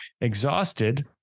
Exhausted